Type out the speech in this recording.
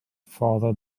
farther